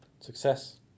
success